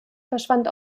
verschwand